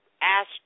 asked